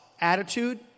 Attitude